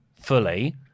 fully